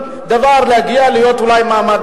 אנסטסיה מיכאלי ודוד רותם.